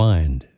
Mind